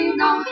no